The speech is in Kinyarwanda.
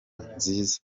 nziza